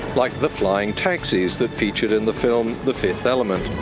like the flying taxis that featured in the film the fifth element.